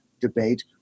debate